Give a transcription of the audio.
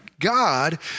God